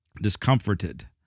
discomforted